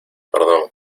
perdón